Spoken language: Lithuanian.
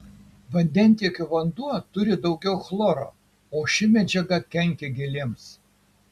vandentiekio vanduo turi daugiau chloro o ši medžiaga kenkia gėlėms